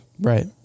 Right